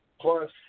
Plus